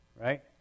Right